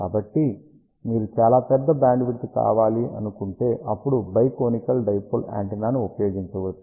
కాబట్టి మీరు చాలా పెద్ద బ్యాండ్విడ్త్ కావాలనుకుంటే అప్పుడు బై కోనికల్ డైపోల్ యాంటెన్నాని ఉపయోగించవచ్చు